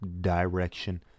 Direction